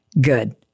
Good